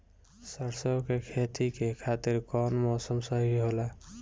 सरसो के खेती के खातिर कवन मौसम सही होला?